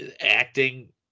acting